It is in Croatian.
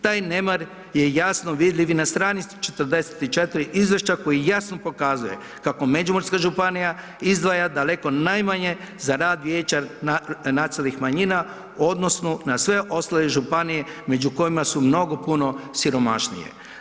Taj nemar je jasno vidljiv i na str. 44 izvješća koji jasno pokazuje kako Međimurska županija izdvaja daleko najmanje za rad vijeća nacionalnih manjina odnosno na sve ostale županije među kojima su mnogo puno siromašnije.